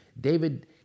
David